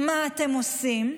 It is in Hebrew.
מה אתם עושים?